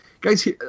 Guys